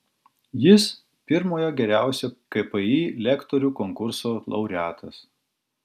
jis pirmojo geriausio kpi lektorių konkurso laureatas